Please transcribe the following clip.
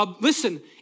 listen